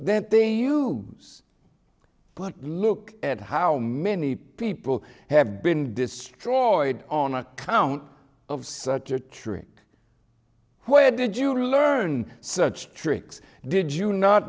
that they knew but look at how many people have been destroyed on account of such a trick where did you learn such tricks did you not